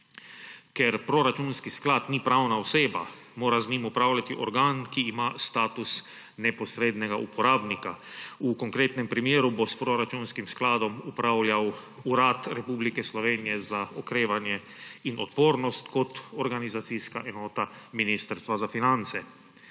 Ker proračunski sklad ni pravna oseba, mora z njim upravljati organ, ki ima status neposrednega uporabnika, v konkretnem primeru bo s proračunskim skladom upravljal Urad Republike Slovenije za okrevanje in odpornost kot organizacijska enota Ministrstva za finance.